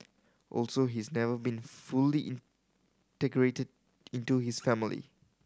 also he's never been fully integrated into his family